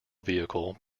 vehicle